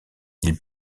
ils